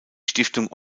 stiftung